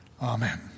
Amen